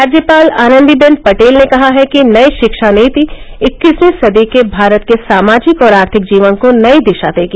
राज्यपाल आनंदीबेन पटेल ने कहा है कि नई शिक्षा नीति इक्कीसवीं सदी के भारत के सामाजिक और आर्थिक जीवन को नई दिशा देगी